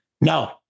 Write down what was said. No